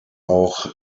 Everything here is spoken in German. auch